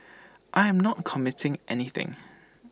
I am not committing anything